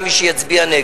כי הוא לא מוגבל בזמן.